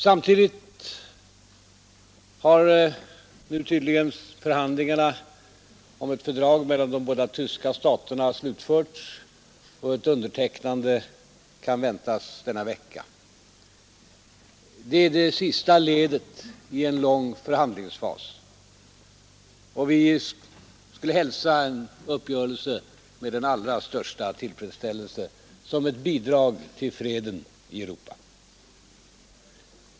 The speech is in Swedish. Samtidigt har nu tydligen förhandlingarna om ett fördrag mellan de båda tyska staterna slutförts, och ett undertecknande kan väntas denna vecka. Det är det sista ledet i en lång förhandlingsfas. Vi skulle hälsa en uppgörelse med den allra största tillfredsställelse, som ett bidrag till freden i Europa.